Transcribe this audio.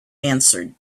answered